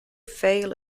fail